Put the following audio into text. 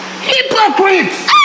Hypocrites